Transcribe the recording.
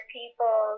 people